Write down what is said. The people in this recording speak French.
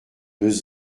deux